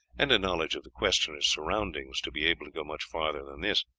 and a knowledge of the questioner's surroundings to be able to go much farther than this.